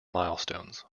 milestones